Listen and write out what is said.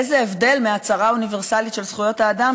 איזה הבדל מהצהרה האוניברסלית של זכויות האדם,